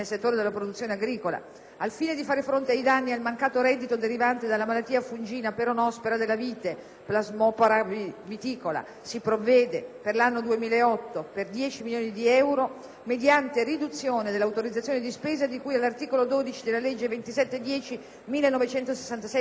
al fine di fare fronte ai danni e al mancato reddito derivante dalla malattia fungina Peronospora della vite (Plasmopara viticola), si provvede per l'anno 2008 per 20 milioni di euro, mediante riduzione dell'autorizzazione di spesa di cui all'articolo 15, comma 2,